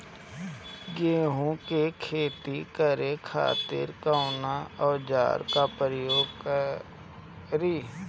गेहूं के खेती करे खातिर कवन औजार के प्रयोग करी?